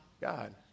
God